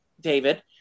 david